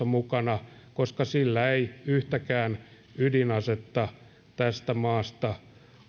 mukana koska sillä ei yhtäkään ydinasetta tästä maasta